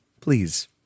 please